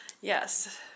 yes